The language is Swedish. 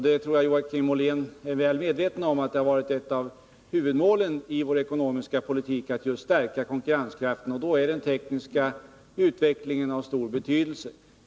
Jag tror att Joakim Ollén är väl medveten om att ett av huvudmålen i vår ekonomiska politik har varit just att stärka konkurrenskraften, och då är den tekniska utvecklingen av stor betydelse.